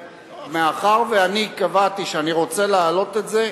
ומאחר שאני קבעתי שאני רוצה להעלות את זה,